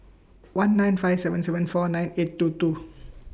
one nine five seven seven four nine eight two two